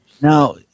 Now